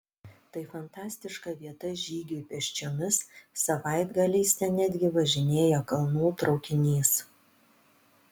tai fantastiška vieta žygiui pėsčiomis savaitgaliais ten netgi važinėja kalnų traukinys